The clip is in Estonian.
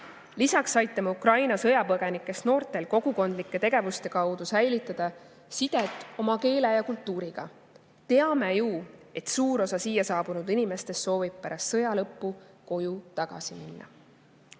Lisaks aitame Ukraina sõjapõgenikest noortel kogukondlike tegevuste kaudu säilitada sidet oma keele ja kultuuriga. Teame ju, et suur osa siia saabunud inimestest soovib pärast sõja lõppu koju tagasi minna.